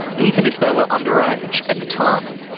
even if they were underage at the time.